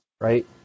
Right